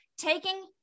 taking